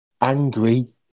angry